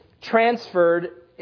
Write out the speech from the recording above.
transferred